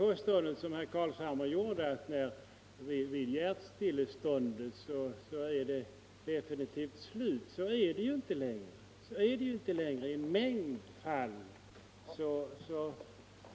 Herr Carlshamres påstående att vid hjärtstillestånd är livet definitivt slut, det håller inte. I en mängd fall